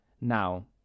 Now